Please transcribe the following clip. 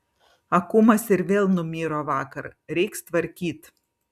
akumas ir vėl numiro vakar reiks tvarkyt